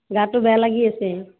গাটো বেয়া লাগি আছে